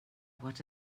what